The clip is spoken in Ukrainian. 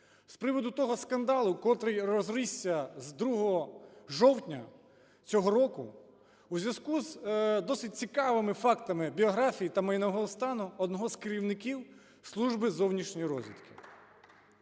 з приводу того скандалу, котрий розрісся з 2 жовтня цього року у зв'язку з досить цікавими фактами біографії та майнового стану одного з керівників Служби зовнішньої розвідки.